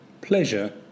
pleasure